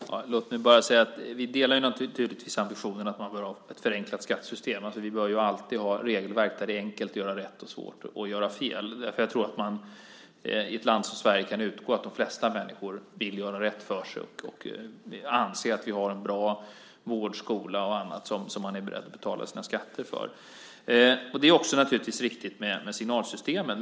Fru talman! Låt mig bara säga att vi naturligtvis delar ambitionen att man bör ha ett förenklat skattesystem. Vi bör alltid ha regelverk där det är enkelt att göra rätt och svårt att göra fel. Jag tror nämligen att man i ett land som Sverige kan utgå från att de flesta människor vill göra rätt för sig och anser att vi har en bra vård, skola och annat som man är beredd att betala skatt för. Det är naturligtvis riktigt med signalsystemen.